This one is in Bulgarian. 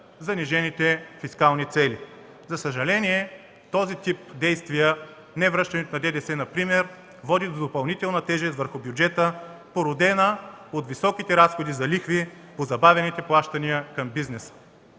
занижените фискални цели. За съжаление, този тип действия например невръщане на ДДС води до допълнителна тежест върху бюджета, породена от високите разходи за лихви по забавените плащания към бизнеса.